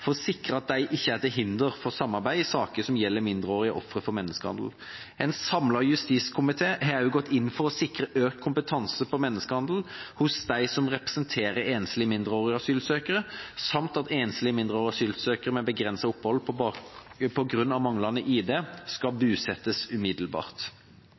for å sikre at disse ikke er til hinder for samarbeid i saker som gjelder mindreårige ofre for menneskehandel. En samlet justiskomité har også gått inn for å sikre økt kompetanse på menneskehandel hos dem som representerer enslige mindreårige asylsøkere, samt at enslige mindreårige asylsøkere med begrenset opphold på grunn av manglende ID skal